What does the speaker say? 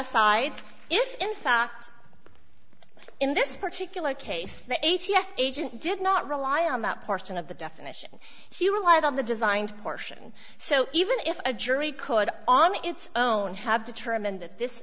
aside if in fact in this particular case the a t f agent did not rely on that portion of the definition he relied on the designed portion so even if a jury could on its own have determined that this